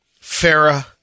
Farah